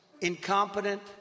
incompetent